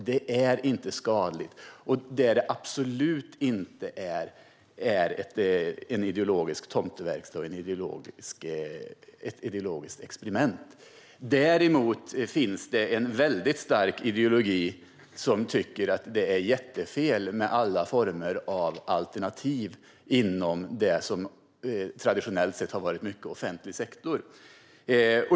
Det är inte skadligt, och det är absolut inte en ideologisk tomteverkstad eller ett ideologiskt experiment. Det finns däremot en väldigt stark ideologi som tycker att det är jättefel med alla former av alternativ inom det som traditionellt sett i mycket har varit offentlig sektor.